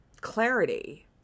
clarity